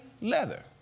leather